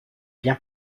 bien